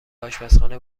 آشپزخانه